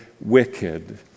wicked